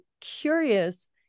curious